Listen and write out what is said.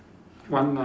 one line